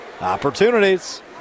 opportunities